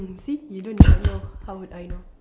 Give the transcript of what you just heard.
you see you don't even know how would I know